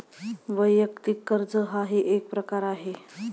वैयक्तिक कर्ज हाही एक प्रकार आहे